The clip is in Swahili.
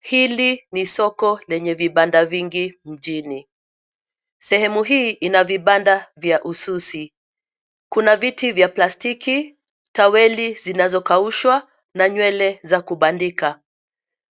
Hili ni soko lenye vibanda nyingi mjini. Sehemu hii ina vibanda vya ususi. Kuna viti vya plastiki, taweli zinazo kaushwa na nywele za kubandika.